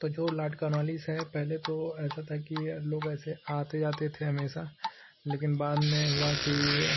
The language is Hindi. तो जो लॉर्ड कॉर्नवालिस है पहले तो ऐसा था कि लोग ऐसे आते जाते थे हमेशा लेकिन बाद में हुआ कि